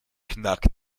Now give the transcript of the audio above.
knackt